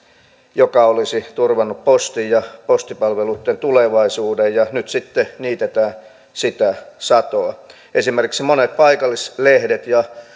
joka olisi turvannut postin ja postipalveluitten tulevaisuuden ja nyt sitten niitetään sitä satoa esimerkiksi monet paikallislehdet ja